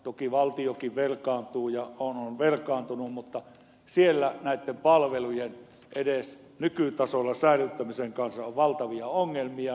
toki valtiokin velkaantuu ja on jo velkaantunut mutta kunnissa näitten palvelujen edes nykytasolla säilyttämisen kanssa on valtavia ongelmia